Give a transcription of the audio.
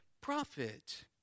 profit